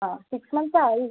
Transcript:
ആ six months ആയി